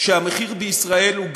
שהמחיר בישראל הוא גבוה,